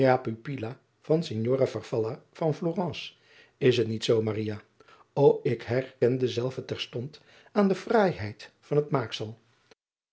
ignora van lorence is het niet zoo o k herken dezelve terstond aan de fraaiheid van het maaksel